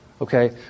okay